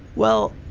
well,